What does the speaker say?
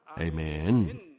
Amen